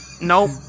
Nope